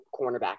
cornerback